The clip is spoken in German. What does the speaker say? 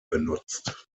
benutzt